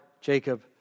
Jacob